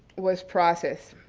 was process.